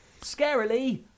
scarily